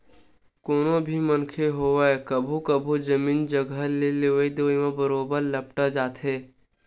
कोनो भी मनखे होवय कभू कभू जमीन जघा के लेवई देवई म बरोबर लपटा जाथे